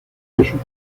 jesús